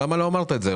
למה לא אמרת את זה?